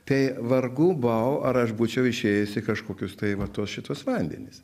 tai vargu bau ar aš būčiau išėjęs į kažkokius tai va tuos šituos vandenis